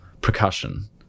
percussion